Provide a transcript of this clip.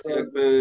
jakby